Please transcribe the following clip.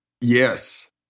Yes